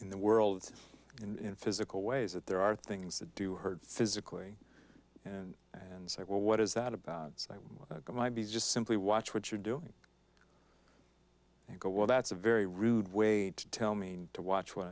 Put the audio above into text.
in the world in physical ways that there are things that do hurt physically and and say well what is that about might be just simply watch what you're doing and go well that's a very rude way to tell me to watch what